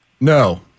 No